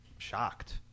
Shocked